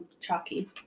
chalky